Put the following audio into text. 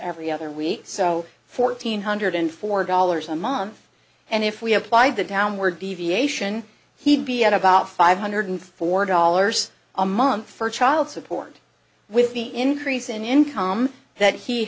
every other week so fourteen hundred four dollars a month and if we applied the downward deviation he'd be at about five hundred four dollars a month for child support and with the increase in income that he